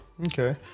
okay